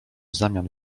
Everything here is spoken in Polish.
zamian